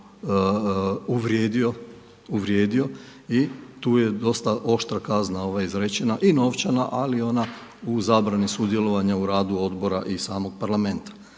uvrijedio i tu je dosta oštra kazna izrečena i novčana ali i ona u zabrani sudjelovanja u radu odbora i samog parlamenta.